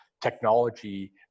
technology